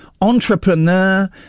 entrepreneur